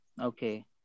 Okay